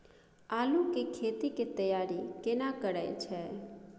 आलू के खेती के तैयारी केना करै छै?